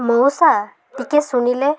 ମଉସା ଟିକେ ଶୁଣିଲେ